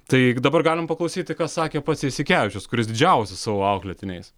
tai dabar galim paklausyti ką sakė pats jasikevičius kuris didžiavosi savo auklėtiniais